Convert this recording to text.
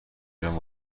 ایران